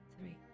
three